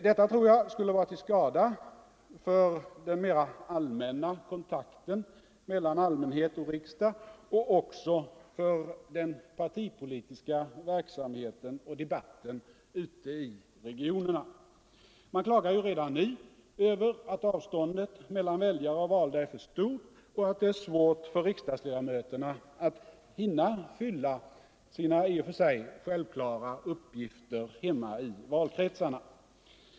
Detta tror jag skulle vara till skada för den mera allmänna kontakten mellan allmänhet och riksdag och även för den partipolitiska verksamheten och debatten ute i regionerna. Man klagar ju redan nu över att avståndet mellan väljare och valda är för stort och att det är svårt för riksdagsledamöterna att hinna fylla sina i och för sig självklara uppgifter hemma i valkretsarna.